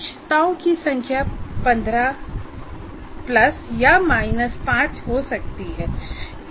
दक्षताओं की संख्या 15 प्लस या माइनस 5 हो सकती है